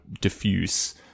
diffuse